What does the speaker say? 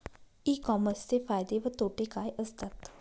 E कॉमर्सचे फायदे व तोटे काय असतात?